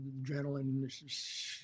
adrenaline